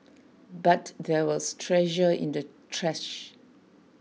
but there was treasure in the trash